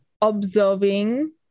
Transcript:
observing